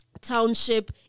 Township